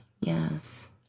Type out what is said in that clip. Yes